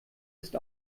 ist